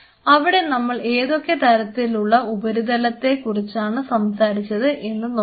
അവിടെ നമ്മൾ ഏതൊക്കെ തരത്തിലുള്ള ഉപരിതലത്തെ കുറിച്ചാണ് സംസാരിച്ചത് എന്ന് നോക്കാം